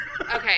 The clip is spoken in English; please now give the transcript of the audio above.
Okay